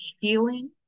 healing